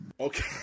okay